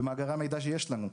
במאגרי המידע שיש לנו.